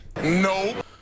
No